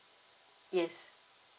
yes